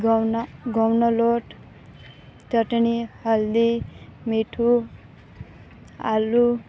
ઘઉંના ઘઉંનો લોટ ચટની હલ્દી મીઠું આલુ